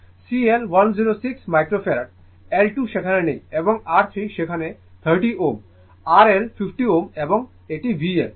C L 106 micro farad L 2 সেখানে নেই এবং R 3 সেখানে 30 Ω R L 50 Ω এবং এটি V L